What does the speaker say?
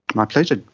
my pleasure.